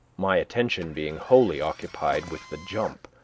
my attention being wholly occupied with the jump